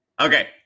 Okay